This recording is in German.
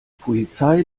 polizei